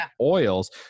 oils